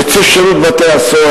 נציב שירות בתי-הסוהר,